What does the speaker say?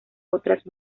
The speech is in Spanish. otras